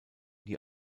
die